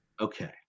Okay